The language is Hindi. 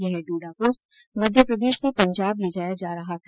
यह डोडा पोस्त मध्यप्रदेश से पंजाब ले जाया जा रहा था